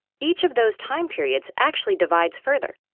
each of those time periods actually divides further.